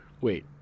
Wait